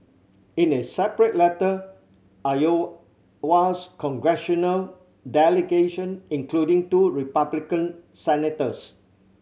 in a separate letter Iowa's congressional delegation including two Republican senators